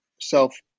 self